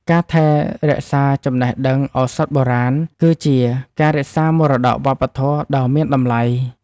ការថែរក្សាចំណេះដឹងឱសថបុរាណ គឺជាការរក្សាមរតកវប្បធម៌ដ៏មានតម្លៃ។